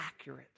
accurate